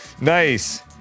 Nice